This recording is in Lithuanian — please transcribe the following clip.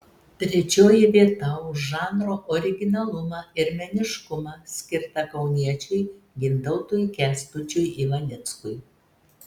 trečioji vieta už žanro originalumą ir meniškumą skirta kauniečiui gintautui kęstučiui ivanickui